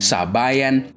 Sabayan